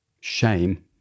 shame